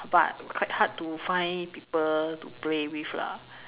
but quite hard to find people to play with lah